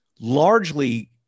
largely